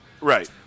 Right